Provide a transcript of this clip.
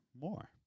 more